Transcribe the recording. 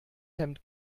hemd